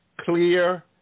Clear